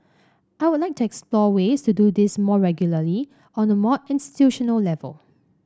I would like to explore ways to do this more regularly on a more institutional level